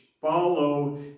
follow